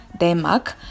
Denmark